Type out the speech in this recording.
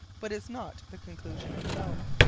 but is not the conclusion itself.